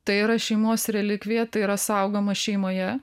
tai yra šeimos relikvija tai yra saugoma šeimoje